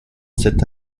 cette